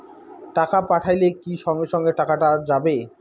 টাকা পাঠাইলে কি সঙ্গে সঙ্গে টাকাটা যাবে?